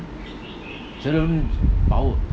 பாவம்:pavam